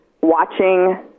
watching